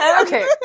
okay